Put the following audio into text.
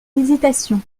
hésitations